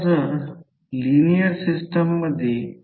तर जर प्रामुख्याने जेव्हा म्युचुअल कपलिंग नसताना M 0 असेल